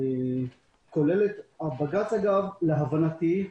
בג"ץ, להבנתי,